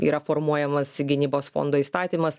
yra formuojamas gynybos fondo įstatymas